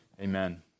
Amen